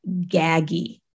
gaggy